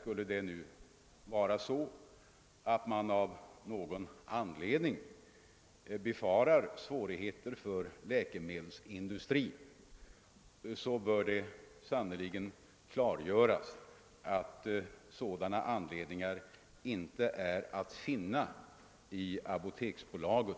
För den händelse att man av någon anledning befarar svårigheter för läkemedelsindustrin bör det, fröken Ljungberg, klargöras att apoteksbolagets tillkomst sannerligen inte kan vara någon grund